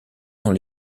dans